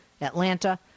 Atlanta